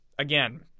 Again